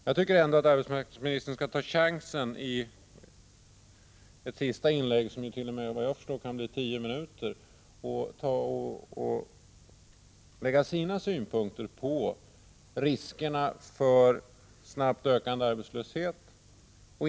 Jag tycker att arbetsmarknadsministern skall ta chansen i sitt sista inlägg som, såvitt jag förstår får ta tio minuter, att deklarera sin syn på riskerna för snabbt ökande arbetslöshet.